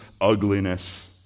ugliness